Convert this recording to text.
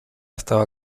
estaba